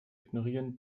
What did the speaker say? ignorieren